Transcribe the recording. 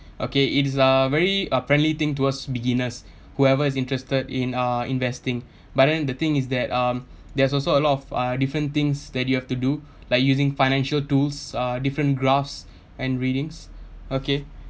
okay it's a very a friendly thing towards beginners whoever is interested in uh investing but then the thing is that um there's also a lot of uh different things that you have to do like using financial tools uh different graphs and readings okay